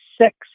six